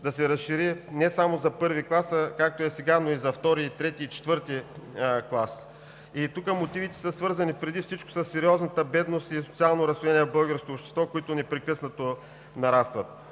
да се разшири не само за I клас, както е сега, но и за II, III и IV клас. И тук мотивите са свързани преди всичко със сериозната бедност и социално разслоение в българското общество, които непрекъснато нарастват.